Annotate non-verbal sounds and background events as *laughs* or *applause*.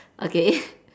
okay *laughs*